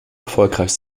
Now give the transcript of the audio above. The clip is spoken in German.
erfolgreich